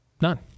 None